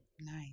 Nice